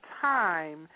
time